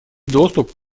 доступ